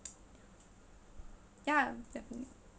ya definitely